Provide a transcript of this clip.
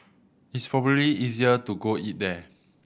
it's probably easier to go eat there